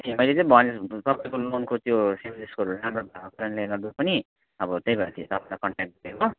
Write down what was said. ए मैले चाहिँ भन् तपाईँको लोनको त्यो सिबिल स्कोरहरू राम्रो भएको कारणले गर्दा पनि अब त्यही भएर त्यो तपाईँलाई कन्ट्याक्ट गरेको